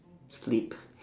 sleep